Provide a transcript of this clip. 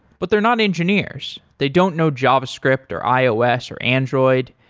but they're not engineers. they don't know javascript or, ios, or android.